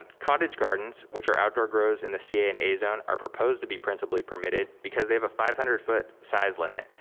cottage gardens which are outdoor grows in the ca and a zone are proposed to be principally permitted because they have a five hundred foot size limit,